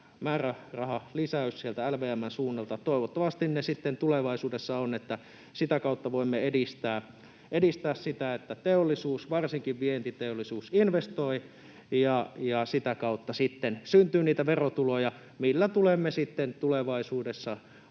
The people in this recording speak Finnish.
määrärahalisäys LVM:n suunnalta. Toivottavasti se sitten tulevaisuudessa on, jotta sitä kautta voimme edistää sitä, että teollisuus, varsinkin vientiteollisuus, investoi ja sitä kautta sitten syntyy niitä verotuloja, joilla tulemme sitten tulevaisuudessa —